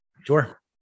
Sure